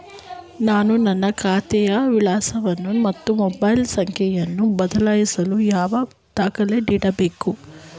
ನಾನು ನನ್ನ ಖಾತೆಯ ವಿಳಾಸವನ್ನು ಮತ್ತು ಮೊಬೈಲ್ ಸಂಖ್ಯೆಯನ್ನು ಬದಲಾಯಿಸಲು ಯಾವ ದಾಖಲೆ ನೀಡಬೇಕು?